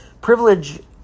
Privilege